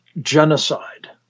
genocide